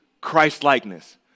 Christ-likeness